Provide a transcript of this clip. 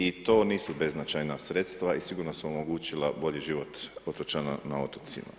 I to nisu beznačajna sredstva i sigurno su omogućila bolji život otočana na otocima.